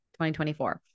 2024